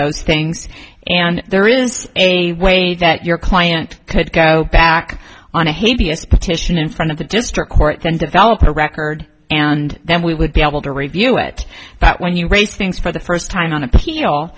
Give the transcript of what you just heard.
those things and there is a way that your client could go back on a hideous petition in front of the district court then develop a record and then we would be able to review it that when you raise things for the first time on appeal